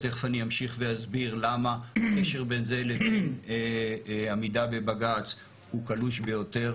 ותכף אני אמשיך והסביר למה הקשר בין זה לעמידה בבג"צ הוא קלוש ביותר.